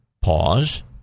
pause